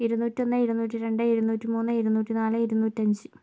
ഇരുന്നൂറ്റി ഒന്ന് ഇരുന്നൂറ്റി രണ്ട് ഇരുന്നൂറ്റി മൂന്ന് ഇരുന്നൂറ്റി നാല് ഇരുന്നൂറ്റഞ്ച്